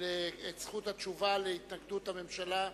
את זכות התשובה על התנגדות הממשלה,